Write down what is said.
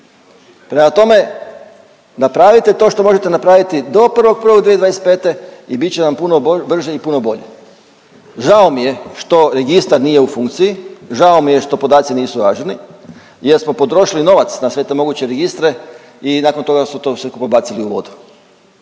Prema tome, napravite to što možete napraviti do 1.1.'25. i bit će nam puno brže i puno bolje. Žao mi je što registar nije u funkciji, žao mi je što podaci nisu ažurni jer smo potrošili novac na sve te moguće registre i nakon toga su to sve skupa bacili u vodu.